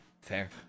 fair